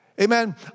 Amen